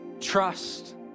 trust